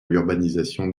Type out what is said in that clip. l’urbanisation